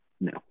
No